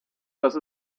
dass